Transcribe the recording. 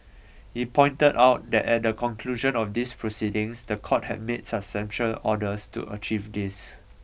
he pointed out that at the conclusion of these proceedings the court had made substantial orders to achieve this